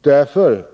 Därför